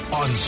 on